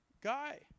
guy